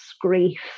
grief